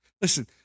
Listen